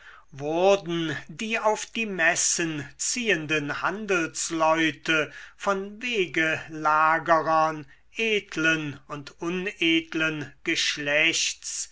wurden die auf die messen ziehenden handelsleute von wegelagerern edlen und unedlen geschlechts